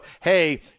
Hey